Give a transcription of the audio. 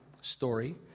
story